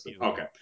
Okay